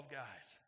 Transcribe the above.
guys